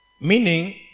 Meaning